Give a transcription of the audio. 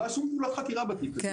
ולא עשו פעולת חקירה בתיק הזה,